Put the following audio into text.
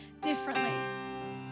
differently